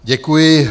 Děkuji.